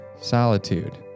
solitude